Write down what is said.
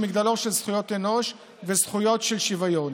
מגדלור של זכויות אנוש וזכויות של שוויון.